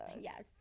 Yes